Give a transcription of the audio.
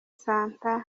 santa